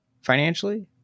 financially